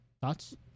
Thoughts